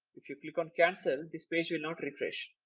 if you click on cancel this page will not refresh.